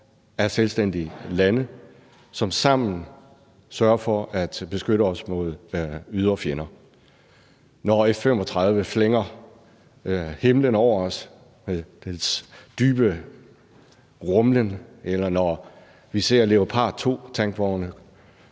af selvstændige lande, som sammen sørger for at beskytte os mod ydre fjender. Når et F 35-fly flænger himlen over os med dets dybe rumlen, eller når vi ser Leopard 2-tankvogne